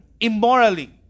immorally